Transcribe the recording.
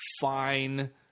fine